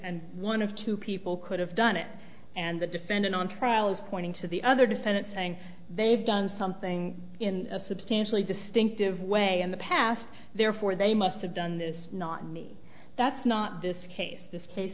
and one of two people could have done it and the defendant on trial is pointing to the other defendant saying they've done something in a substantially distinctive way in the past therefore they must have done this not me that's not this case this case